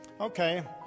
Okay